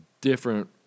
different